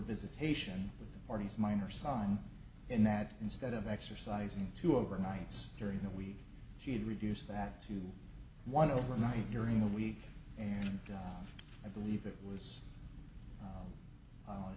visitation with the parties minor sign in that instead of exercising to overnights during the week she had reduced that to one over night during the week i believe it was